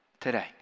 today